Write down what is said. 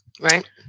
right